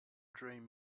dream